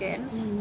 mm